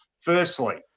Firstly